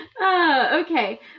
Okay